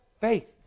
faith